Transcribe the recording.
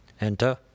Enter